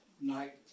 Night